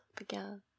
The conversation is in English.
again